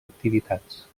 activitats